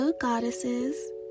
goddesses